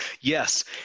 Yes